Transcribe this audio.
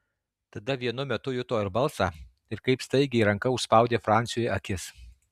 tada vienu metu juto ir balsą ir kaip staigiai ranka užspaudė franciui akis